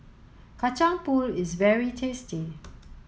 Kacang Pool is very tasty